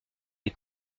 les